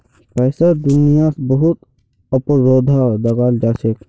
पैसार दुनियात बहुत अपराधो दखाल जाछेक